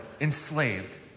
enslaved